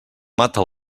mata